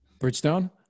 Bridgestone